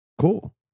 Cool